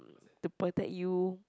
to protect you